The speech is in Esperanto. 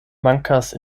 mankas